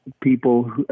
people